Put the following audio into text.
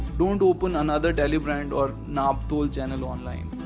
don't open another telebrand or naaptol channel online.